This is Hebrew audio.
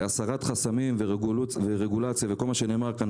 הסרת חסמים ורגולציה וכל מה שנאמר כאן